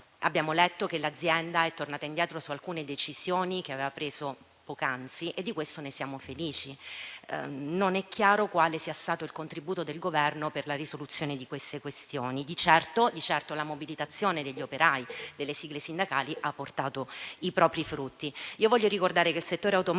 abbiamo letto che l'azienda è tornata indietro su alcune decisioni che aveva preso poc'anzi e di questo ne siamo felici. Non è chiaro quale sia stato il contributo del Governo per la risoluzione di tali questioni. Di certo, la mobilitazione degli operai e delle sigle sindacali ha portato i propri frutti.